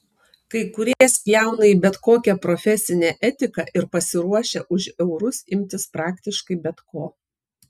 kai kurie spjauna į bet kokią profesinę etiką ir pasiruošę už eurus imtis praktiškai bet ko